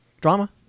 drama